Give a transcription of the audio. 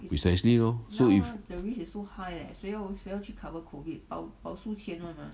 precisely lor so if